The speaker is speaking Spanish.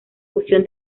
fusión